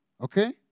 Okay